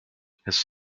his